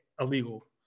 illegal